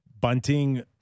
Bunting